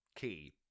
key